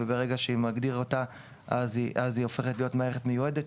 וברגע שמגדירים אותה ככזו היא הופכת להיות מערכת מיועדת,